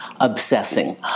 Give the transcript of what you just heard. obsessing